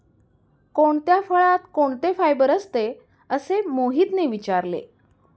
कोणत्या फळात कोणते फायबर असते? असे मोहितने विचारले